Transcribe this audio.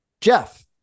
Jeff